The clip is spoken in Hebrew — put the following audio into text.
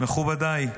מכובדיי,